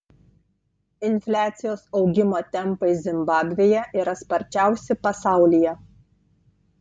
infliacijos augimo tempai zimbabvėje yra sparčiausi pasaulyje